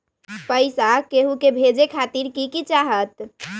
पैसा के हु के भेजे खातीर की की चाहत?